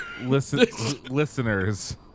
listeners